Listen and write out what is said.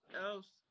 else